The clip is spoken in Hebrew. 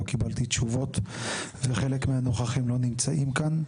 קיבלתי תשובות וחלק מהנוכחים לא נמצאים כאן,